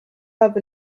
have